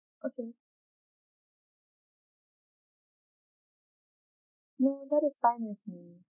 okay ya that is fine with me